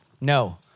No